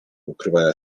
ukrywania